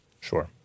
Sure